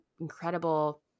incredible